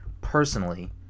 personally